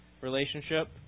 relationship